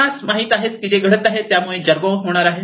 आपणास माहित आहे की जे घडत आहे त्यामुळे जरगों होणार आहे